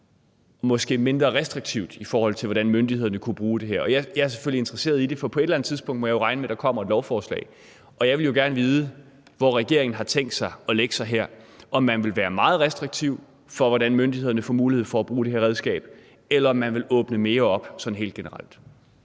måske mindre restriktivt, i forhold til hvordan myndighederne kunne bruge det her? Jeg er selvfølgelig interesseret i det, for på et eller andet tidspunkt må jeg jo regne med at der kommer et lovforslag, og jeg vil gerne vide, hvor regeringen har tænkt sig at lægge sig her – om man vil være meget restriktiv, med hensyn til hvordan myndighederne får mulighed for at bruge det her redskab, eller om man vil åbne mere op sådan helt generelt.